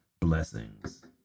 blessings